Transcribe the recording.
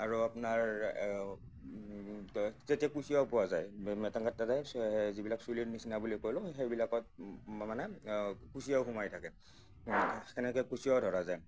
আৰু আপোনাৰ তেতিয়া কুচিয়াও পোৱা যায় মেটেঙগাৰ তাতে এই যিবিলাক চুলিৰ নিচিনা বুলি ক'লোঁ সেইবিলাকত মই মানে কুচিয়াও সোমাই থাকে সেনেকৈ কুচিয়াও ধৰা যায়